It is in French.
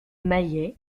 maillets